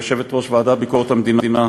יושבת-ראש הוועדה לענייני ביקורת המדינה,